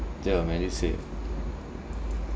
ya MediSave